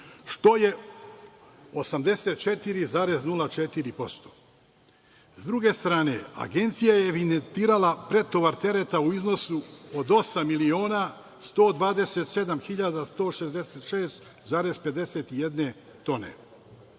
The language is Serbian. što je 84,04%. S druge strane, Agencija je vinetirala pretovar tereta u iznosu od 8.127.166,51 tone. Što